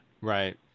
Right